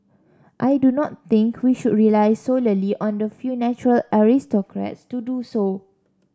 I do not think we should rely solely on the few natural aristocrats to do so